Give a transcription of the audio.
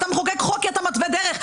אתה מחוקק חוק כי אתה מתווה דרך.